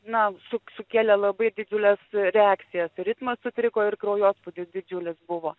na suk sukėlė labai didžiules reakcijas ritmas sutriko ir kraujospūdis didžiulis buvo